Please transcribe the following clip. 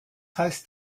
heißt